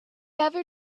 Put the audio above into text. ever